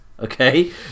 okay